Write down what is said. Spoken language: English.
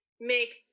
make